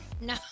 No